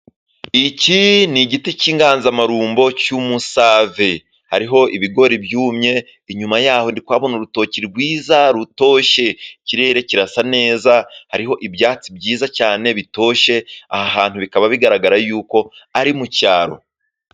Iki nigiti cyinganzamarumbo cy'umusave hariho ibigori byumye inyuma yaho ndi kuhabona urutoki rwiza rutoshye. Ikirere kirasa neza hariho ibyatsi byiza cyane bitoshye aha hantu bikaba bigaragara yuko ari mu cyaro.